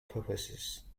purposes